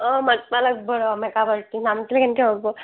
অঁ মাতিব লাগিব ৰ মেক আপ আৰ্টিষ্ট নামাতিলে কেনেকৈ হ'ব